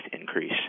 increase